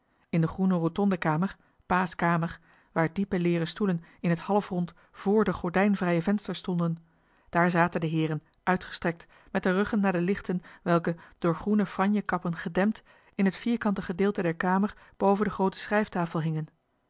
in de groene rotondekamer pa's kamer waar diepe leeren stoelen in het halfrond vr de gordijn vrije vensters stonden daar zaten de heeren uitgestrekt met de ruggen naar de lichten welke door groene franje kappen gedempt in het vierkante gedeelte der kamer boven de groote schrijftafel hingen